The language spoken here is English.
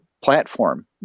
platform